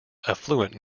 affluent